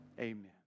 Amen